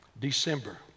December